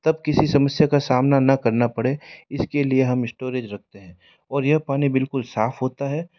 तब किसी समस्या का सामना ना करना पड़े इसके लिए हम स्टोरेज रखते हैं और यह पानी बिल्कुल साफ़ होता ह